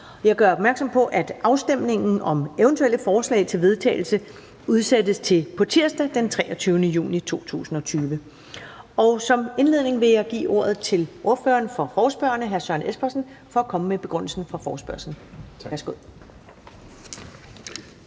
Jeg gør opmærksom på, at afstemning om eventuelle forslag til vedtagelse udsættes til på tirsdag, den 23. juni 2020. Som indledning vil jeg give ordet til ordføreren for forespørgerne, hr. Søren Espersen, for at komme med begrundelsen for forespørgslen.